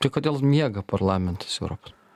tai kodėl miega parlamentas europos